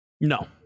No